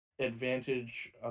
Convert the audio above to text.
advantage